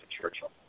Churchill